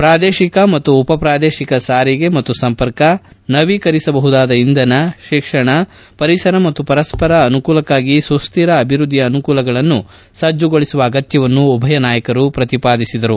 ಪ್ರಾದೇಶಿಕ ಮತ್ತು ಉಪ ಪ್ರಾದೇಶಿಕ ಸಾರಿಗೆ ಮತ್ತು ಸಂಪರ್ಕ ನವೀಕರಿಸಬಹುದಾದ ಇಂಧನ ಶಿಕ್ಷಣ ಪರಿಸರ ಮತ್ತು ಪರಸ್ಪರ ಅನುಕೂಲಕ್ಕಾಗಿ ಸುಸ್ತಿರ ಅಭಿವೃದ್ದಿಯ ಅನುಕೂಲಗಳನ್ನು ಸಜ್ಜಗೊಳಿಸುವ ಅಗತ್ತವನ್ನು ಉಭಯ ನಾಯಕರು ಪ್ರತಿಪಾದಿಸಿದರು